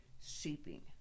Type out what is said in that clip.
seeping